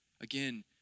Again